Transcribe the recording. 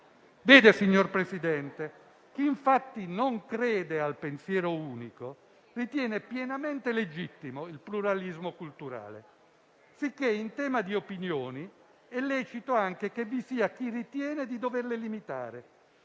in un paradosso. Chi infatti non crede al pensiero unico ritiene pienamente legittimo il pluralismo culturale. Sicché, in tema di opinioni, è lecito anche che vi sia chi ritiene di doverle limitare